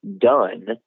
done